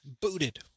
Booted